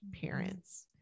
parents